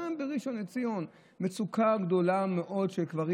גם בראשון לציון יש מצוקה גדולה מאוד של קברים.